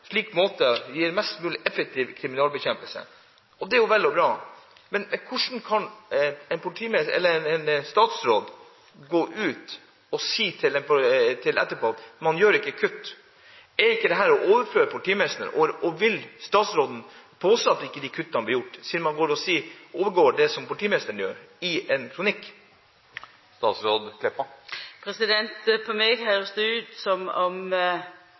måte som gir mest mulig effektiv kriminalitetsbekjempelse.» Det er jo vel og bra. Men hvordan kan en statsråd gå ut og si – etterpå – at man ikke gjør kutt? Er ikke dette å overprøve politimesteren? Og vil statsråden påse at disse kuttene ikke blir gjort, siden man i en kronikk overprøver det som politimesteren gjør? På meg høyrest det ut som om ein her gjennom vakansar, gjennom naturleg avgang, skal føreta ei opprydding og altså skal bruka meir midlar framover på nødvendige investeringar. Det